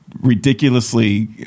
ridiculously